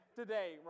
today